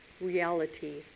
reality